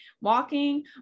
walking